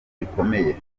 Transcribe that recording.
rikomeye